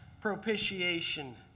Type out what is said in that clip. propitiation